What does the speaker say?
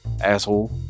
asshole